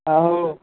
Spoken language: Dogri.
आहो